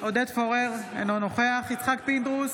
עודד פורר, אינו נוכח יצחק פינדרוס,